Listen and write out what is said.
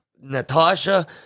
Natasha